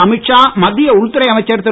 அமீத் ஷா மத்திய உள்துறை அமைச்சர் திரு